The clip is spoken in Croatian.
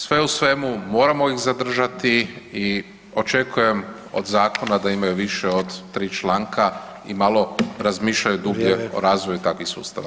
Sve u svemu moramo ih zadržati i očekujem od zakona da imaju više od 3 članka i malo razmišljaju dublje [[Upadica: Vrijeme.]] o razvoju takvih sustava.